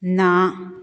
ਨਾ